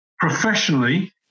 professionally